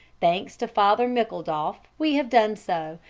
thanks to father mickledoff we have done so,